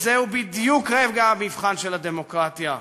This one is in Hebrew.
זהו בדיוק רגע המבחן של הדמוקרטיה,